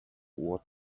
what